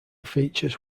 features